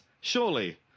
surely